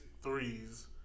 threes